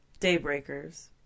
daybreakers